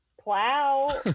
plow